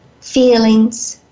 feelings